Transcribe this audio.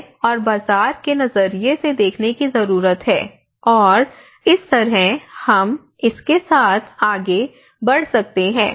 समुदाय और बाजार के नजरिए से देखने की जरूरत है और इस तरह हम इसके साथ आगे बढ़ सकते हैं